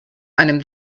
einem